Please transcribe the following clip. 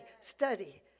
study